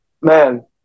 Man